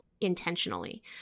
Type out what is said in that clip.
intentionally